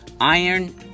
Iron